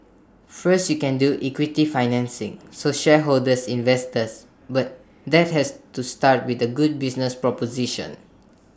first you can do equity financing so shareholders investors but that has to start with A good business proposition